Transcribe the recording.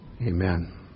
Amen